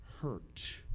hurt